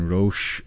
Roche